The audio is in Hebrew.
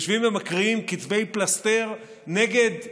יושבים ומקריאים כתבי פלסטר נגד עיתונאים,